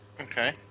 Okay